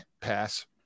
pass